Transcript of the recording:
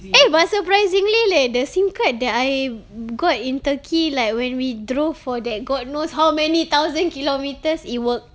eh but surprisingly leh the SIM card that I got in turkey like when we drove for that god knows how many thousand kilometres it work